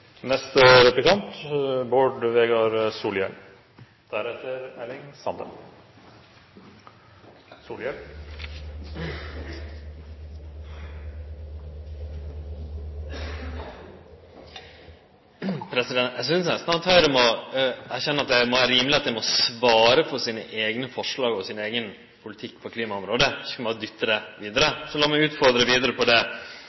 Eg synest nesten at Høgre må erkjenne at det er rimeleg at dei må svare for sine eigne forslag og sin eigen politikk på klimaområdet, og ikkje dytte det vidare, så lat meg utfordre vidare på det.